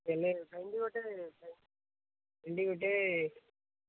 ଭେଣ୍ଡି ଗୋଟେ ଭେଣ୍ଡି ଗୋଟେ